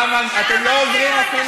אישה אחת, אתם לא עוזרים אפילו